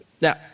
now